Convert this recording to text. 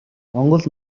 монгол